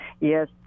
yes